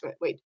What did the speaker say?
Wait